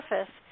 surface